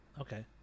Okay